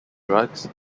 drugs